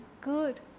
good